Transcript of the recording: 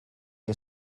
que